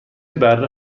بره